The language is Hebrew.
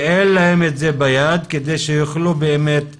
שאין להם את זה ביד, כדי שיוכלו באמת ללמוד.